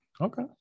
Okay